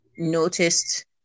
noticed